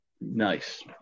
nice